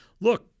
look